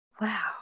Wow